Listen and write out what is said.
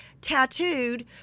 tattooed